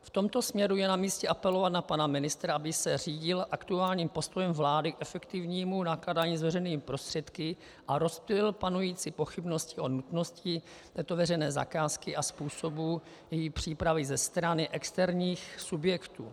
V tomto směru je namístě apelovat na pana ministra, aby se řídil aktuálním postojem vlády k efektivnímu nakládání s veřejnými prostředky a rozptýlil panující pochybnosti o nutnosti této veřejné zakázky a způsobu její přípravy ze strany externích subjektů.